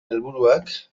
helburuak